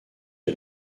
est